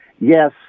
yes